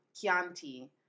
Chianti